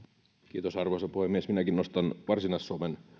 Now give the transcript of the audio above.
kiitos arvoisa puhemies minäkin nostan varsinais suomen